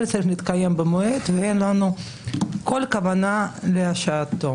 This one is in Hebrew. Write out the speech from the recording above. צריך להתקיים במועד ואין לנו כל כוונה להשהייתו.